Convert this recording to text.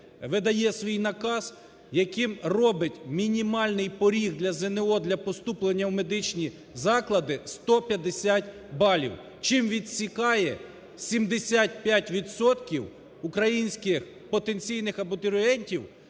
видає свій наказ, яким робить мінімальний поріг для ЗНО для поступлення в медичні заклади 150 балів, чим відсікає 75 відсотків українських потенційних абітурієнтів